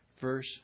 verse